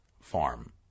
farm